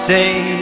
day